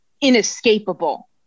inescapable